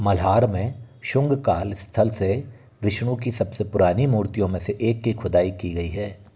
मल्हार में शुंग काल स्थल से विष्णु की सबसे पुरानी मूर्तियों में से एक की खुदाई की गई है